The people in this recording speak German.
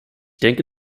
denke